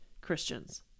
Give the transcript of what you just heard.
Christians